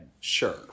sure